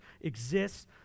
exists